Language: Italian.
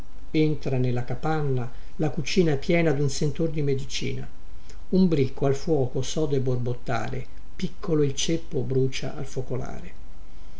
entra nella capanna la cucina e piena dun sentor di medicina un bricco al fuoco sode borbottare piccolo il ceppo brucia al focolare